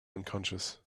unconscious